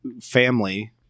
family